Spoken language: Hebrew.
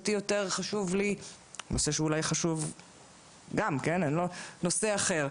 לי יותר חשוב נושא אחר,